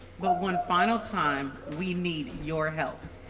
but one final time, we need your help.